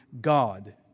God